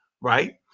right